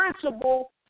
principle